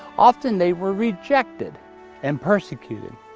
often they were rejected and persecuted.